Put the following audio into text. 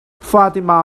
fatima